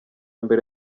mbere